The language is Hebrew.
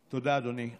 תודה, אדוני.